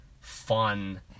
fun